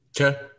Okay